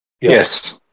Yes